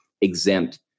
exempt